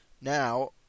Now